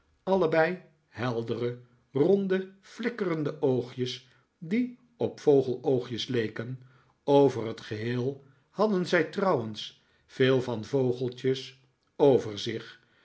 allebei heldere ronde flikkerende oogjes die op vogel oogjes leken over het geheel hadden zij trouwens veel van vogeltjes